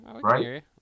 right